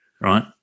Right